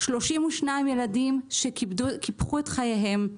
32 ילדים שקיפחו את חייהם,